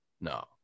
No